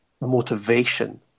motivation